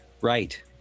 right